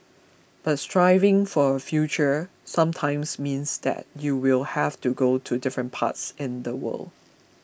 but striving for a future sometimes means that you will have to go to different pass in the world